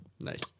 Nice